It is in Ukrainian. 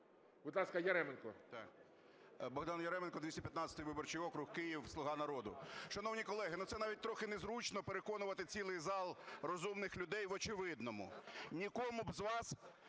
ЯРЕМЕНКО Б.В. Богдан Яременко, 215 виборчий округ, Київ, "Слуга народу". Шановні колеги, це навіть трохи незручно, переконувати цілий зал розумних людей в очевидному.